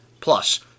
plus